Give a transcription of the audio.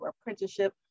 apprenticeship